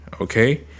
okay